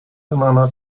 banana